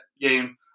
game